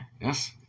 Yes